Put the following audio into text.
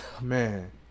man